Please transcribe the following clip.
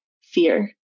fear